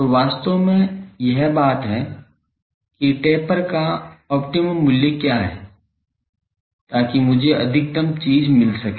तो वास्तव में यह बात है कि टेपर का ऑप्टिमम मूल्य क्या है ताकि मुझे अधिकतम चीज़ मिल सके